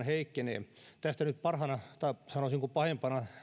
heikkenee tästä nyt parhaana tai sanoisinko pahimpana